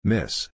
Miss